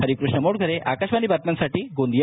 हरिकृष्ण मोटघरे आकाशवाणी बातम्यानसाठी गोंदिया